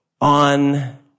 on